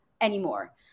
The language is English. anymore